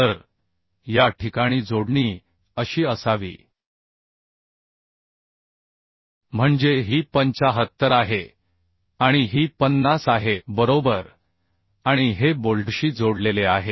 तर या ठिकाणी जोडणी अशी असावी म्हणजे ही 75 आहे आणि ही 50 आहे बरोबर आणि हे बोल्टशी जोडलेले आहे